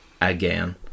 again